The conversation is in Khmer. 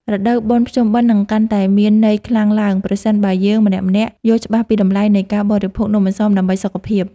រដូវបុណ្យភ្ជុំបិណ្ឌនឹងកាន់តែមានន័យខ្លាំងឡើងប្រសិនបើយើងម្នាក់ៗយល់ច្បាស់ពីតម្លៃនៃការបរិភោគនំអន្សមដើម្បីសុខភាព។